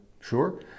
sure